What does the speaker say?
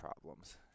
problems